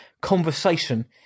conversation